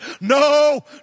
no